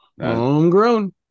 Homegrown